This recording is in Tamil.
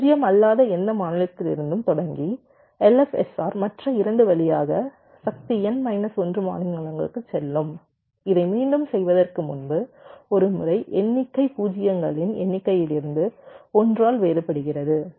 0 அல்லாத எந்த மாநிலத்திலிருந்தும் தொடங்கி LFSR மற்ற 2 வழியாக சக்தி n மைனஸ் 1 மாநிலங்களுக்குச் செல்லும் இதை மீண்டும் செய்வதற்கு முன்பு ஒருமுறை எண்ணிக்கை பூஜ்ஜியங்களின் எண்ணிக்கையிலிருந்து 1 ஆல் வேறுபடுகிறது